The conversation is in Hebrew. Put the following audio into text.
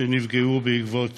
שנפגעו בעקבות